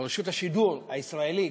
או רשות השידור הישראלי,